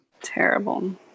Terrible